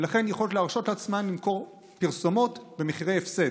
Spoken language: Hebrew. ולכן יכולות להרשות לעצמן למכור פרסומות במחירי הפסד.